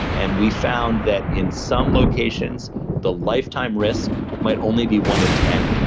and we found that in some locations the lifetime risk might only be one in ten,